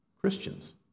Christians